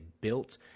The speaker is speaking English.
built